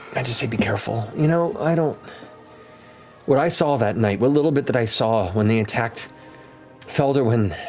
i just say be careful. you know, i don't what i saw that night, what little bit that i saw when they attacked felderwin,